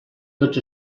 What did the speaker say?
tots